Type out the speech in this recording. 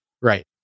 Right